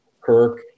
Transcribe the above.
Kirk